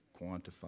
quantify